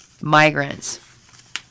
migrants